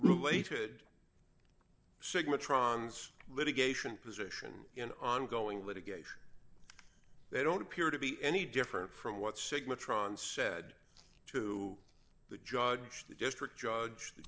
related sigma trons litigation position in ongoing litigation they don't appear to be any different from what signature on said to the judge the district judge